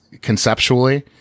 conceptually